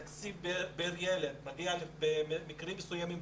התקציב לילד מגיע במקרים מסוימים,